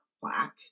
Black